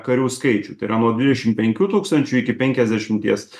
karių skaičių tai yra nuo dvidešim penkių tūkstančių iki penkiasdešimies